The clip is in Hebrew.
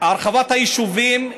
הרחבת היישובים,